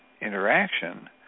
interaction